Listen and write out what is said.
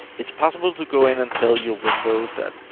it's possible to go in and tell your windows that,